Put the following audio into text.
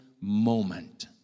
moment